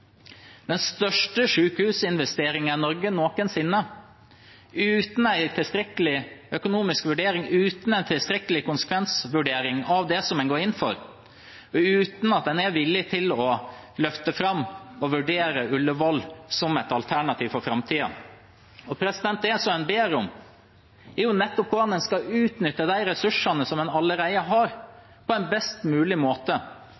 den største sykehusinvesteringen i Norge noensinne, uten en tilstrekkelig økonomisk vurdering, uten en tilstrekkelig konsekvensvurdering av det en går inn for, og uten at en er villig til å løfte fram og vurdere Ullevål som et alternativ for framtiden. Det en ber om, er nettopp hvordan en skal utnytte de ressursene en allerede har, på en best mulig måte,